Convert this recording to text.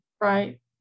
right